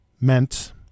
meant